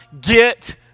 get